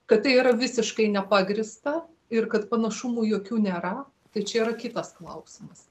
kad tai yra visiškai nepagrįsta ir kad panašumų jokių nėra tai čia yra kitas klausimas